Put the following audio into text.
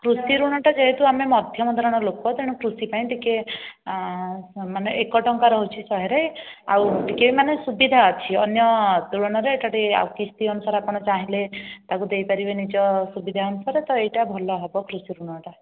କୃଷି ଋଣଟା ଯେହେତୁ ଆମେ ମଧ୍ୟମ ଧରଣର ଲୋକ ତେଣୁ କୃଷି ପାଇଁ ଟିକେ ମାନେ ଏକ ଟଙ୍କା ରହୁଛି ଶହେରେ ଆଉ ଟିକେ ମାନେ ସୁବିଧା ଅଛି ଅନ୍ୟ ତୁଳନାରେ ଏଟା ଟିକେ ଆଉ କିସ୍ତି ଅନୁସାରେ ଆପଣ ଚାହିଁଲେ ତାକୁ ଦେଇପାରିବେ ନିଜ ସୁବିଧା ଅନୁସାରେ ତ ଏହିଟା ଭଲ ହେବ କୃଷି ଋଣଟା